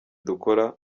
dukora